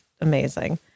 amazing